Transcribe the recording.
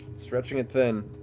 stretching it thin.